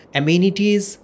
amenities